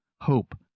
Hope